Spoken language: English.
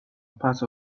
part